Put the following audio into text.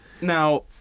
Now